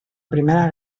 primera